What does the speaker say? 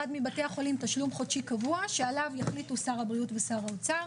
מבתי החולים תשלום חודשי קבוע שעליו יחליטו שר הבריאות ושר האוצר.